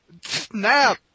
Snap